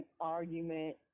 argument